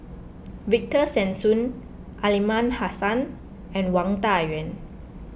Victor Sassoon Aliman Hassan and Wang Dayuan